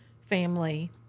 family